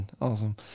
Awesome